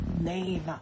name